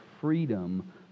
freedom